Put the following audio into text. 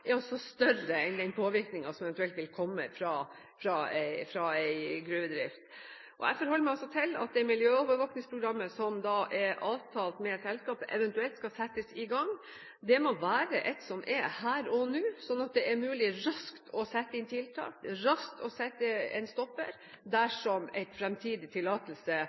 er større enn den påvirkningen som eventuelt vil komme fra en gruvedrift. Jeg forholder meg til at miljøovervåkningsprogrammet som er avtalt med selskapet at eventuelt skal settes i gang, må være et som er her og nå, sånn at det er mulig raskt å sette inn tiltak og raskt å sette en stopper dersom en fremtidig tillatelse,